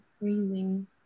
breathing